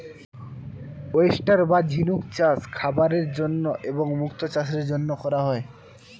oyster বা ঝিনুক চাষ খাবারের জন্য এবং মুক্তো চাষের জন্য করা হয়